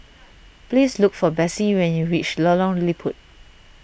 please look for Bessie when you reach Lorong Liput